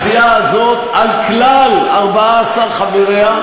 הסיעה הזאת על כלל 14 חבריה.